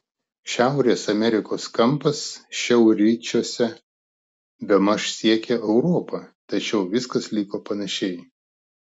šiaurės amerikos kampas šiaurryčiuose bemaž siekė europą tačiau viskas liko panašiai